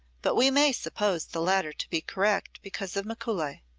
but we may suppose the latter to be correct because of mikuli.